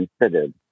considered